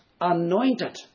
anointed